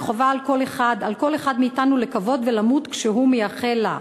וחובה על כל אחד מאתנו לקוות ולמות כשהוא מייחל לה,